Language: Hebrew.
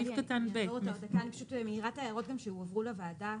אני מעירה הערות שהועברו לוועדה.